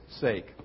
sake